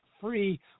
free